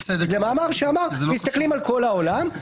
זה מאמר שאמר שמסתכלים על כל העולם,